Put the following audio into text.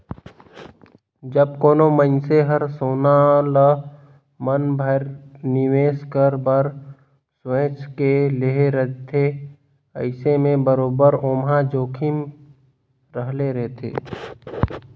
जब कोनो मइनसे हर सोना ल मन भेर निवेस करे बर सोंएच के लेहे रहथे अइसे में बरोबेर ओम्हां जोखिम रहले रहथे